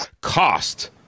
cost